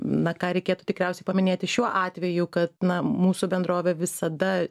na ką reikėtų tikriausiai paminėti šiuo atveju kad na mūsų bendrovė visada